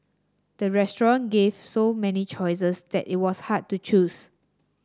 the restaurant gave so many choices that it was hard to choose